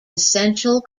essential